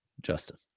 justin